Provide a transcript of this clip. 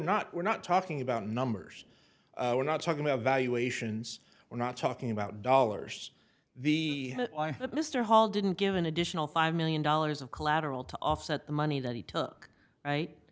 not we're not talking about numbers we're not talking about valuations we're not talking about dollars the mr hall didn't give an additional five million dollars of collateral to offset the money that he took right